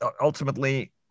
Ultimately